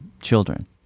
children